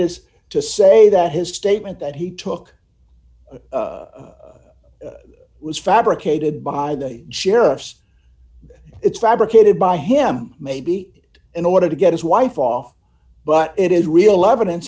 is to say that his statement that he took was fabricated by the sheriff's it's fabricated by him maybe in order to get his wife off but it is real evidence